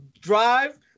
drive